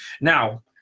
Now